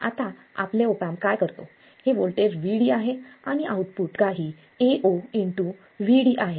आता आपले op amp काय करतो हे व्होल्टेज Vd आहे आणि आउटपुट काही AoVd आहे